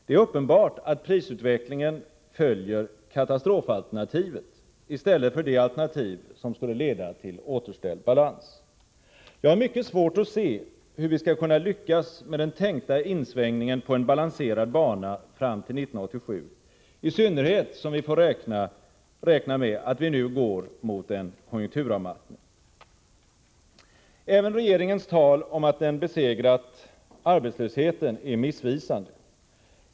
Det är uppenbart att prisutvecklingen följer katastrofalternativet i stället för det alternativ som skulle leda till åsterställd balans. Jag har mycket svårt att se hur vi skall kunna lyckas med den tänkta insvängningen på en balanserad bana fram till 1987, i synnerhet som vi får räkna med att vi nu går mot en konjunkturavmattning. Även regeringens tal om att den besegrat arbetslösheten är missvisande.